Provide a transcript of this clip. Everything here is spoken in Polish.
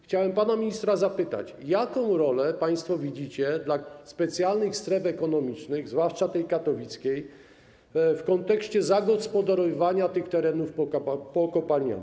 Chciałbym pana ministra zapytać, jaką rolę państwo widzicie dla specjalnych stref ekonomicznych, zwłaszcza tej katowickiej, w kontekście zagospodarowywania tych terenów pokopalnianych.